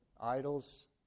idols